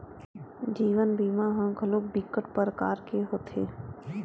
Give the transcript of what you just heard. जीवन बीमा ह घलोक बिकट परकार के होथे